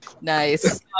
Nice